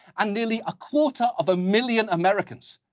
and nearly a quarter of a million americans.